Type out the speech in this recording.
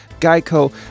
Geico